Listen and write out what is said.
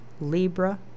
Libra